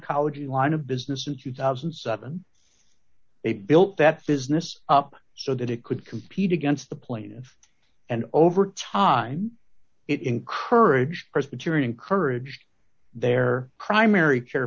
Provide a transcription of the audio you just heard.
oncology line of business in two thousand and seven they built that business up so that it could compete against the plaintiff and over time it encourage presbyterian courage their primary care